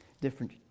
different